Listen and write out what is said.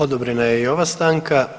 Odobrena je i ova stanka.